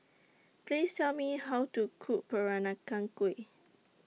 Please Tell Me How to Cook Peranakan Kueh